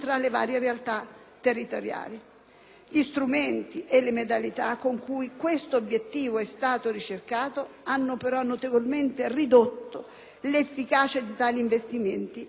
Gli strumenti e le modalità con cui questo obiettivo è stato ricercato hanno però notevolmente ridotto l'efficacia di tali investimenti e il beneficio per i destinatari.